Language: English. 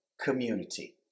community